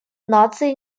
наций